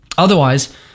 Otherwise